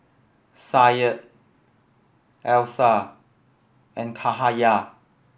Syed Alyssa and Cahaya